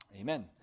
Amen